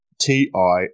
TI